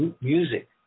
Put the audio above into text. music